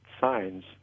signs